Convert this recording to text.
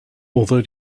although